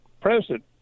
president